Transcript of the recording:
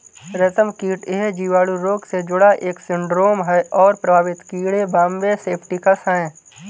रेशमकीट यह जीवाणु रोग से जुड़ा एक सिंड्रोम है और प्रभावित कीड़े बॉम्बे सेप्टिकस है